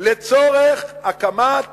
לצורך הקמת